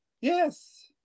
Yes